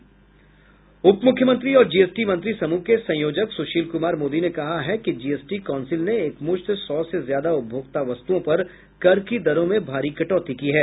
उपमुख्यमंत्री ओर जीएसटी मंत्री समूह के संयोजक सुशील कुमार मोदी ने कहा है कि जीएसटी कौंसिल ने एक मुश्त सौ से ज्यादा उपभोक्ता वस्तुओं पर कर की दरों में भारी कटौती की है